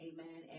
Amen